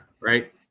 right